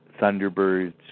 Thunderbirds